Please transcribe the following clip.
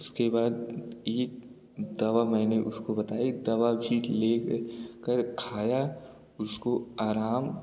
उसके बाद एक दवा मैंने उसको बताई दवा लेकर खाया उसको आराम